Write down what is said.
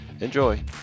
Enjoy